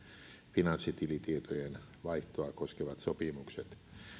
finanssitilitietojen vaihtoa koskevat sopimukset